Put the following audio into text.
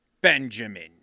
Benjamin